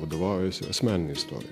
vadovaujasi asmenine istorija